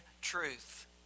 truth